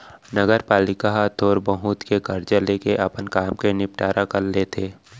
नगरपालिका ह थोक बहुत के करजा लेके अपन काम के निंपटारा कर लेथे